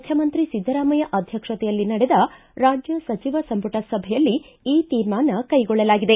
ಮುಖ್ಯಮಂತ್ರಿ ಸಿದ್ದರಾಮಯ್ಯ ಅಧ್ಧಕ್ಷತೆಯಲ್ಲಿ ನಡೆದ ರಾಜ್ಯ ಸಚಿವ ಸಂಪುಟ ಸಭೆಯಲ್ಲಿ ಈ ತೀರ್ಮಾನ ಕೈಗೊಳ್ಳಲಾಗಿದೆ